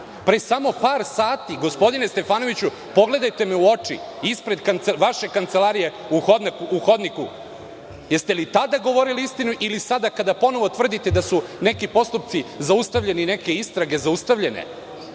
pre samo par sati, gospodine Stefanoviću, pogledajte me u oči, ispred vaše kancelarije u hodniku? Da li ste tada govorili ili sada kada ponovo tvrdite da su neki postupci zaustavljeni, neke istrage zaustavljene?